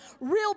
real